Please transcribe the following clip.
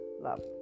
love